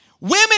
Women